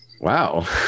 wow